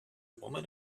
woman